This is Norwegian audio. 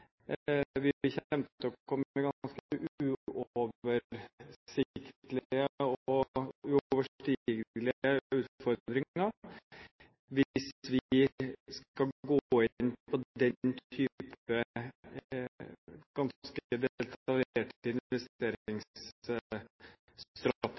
til å få ganske uoversiktlige og uoverstigelige utfordringer hvis vi skal gå inn på den type ganske detaljerte investeringsstrategier. Det